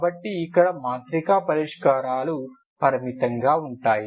కాబట్టి ఇక్కడ మాత్రిక పరిష్కారాలు పరిమితంగా ఉంటాయి